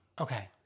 Okay